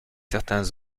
certains